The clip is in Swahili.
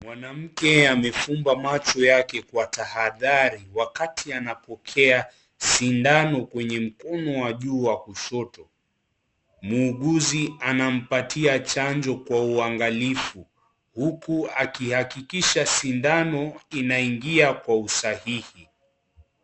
Mwanamke amefumba macho yake kwa tahadhari wakati anapokea sindano kwenye mkono wa juu wa kushoto. Muuguzi anampatia chanjo kwa uangalifu. Huku akihakikisha sindano inaingia kwa usahihi.